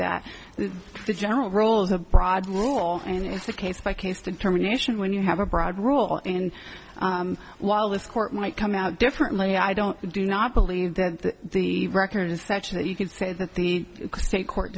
to that general rules a broad rule and it's a case by case determination when you have a broad rule and while this court might come out differently i don't do not believe that the record is such that you can say that the state court